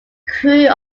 crew